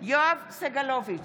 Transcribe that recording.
יואב סגלוביץ'